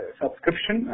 subscription